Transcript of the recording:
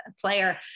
player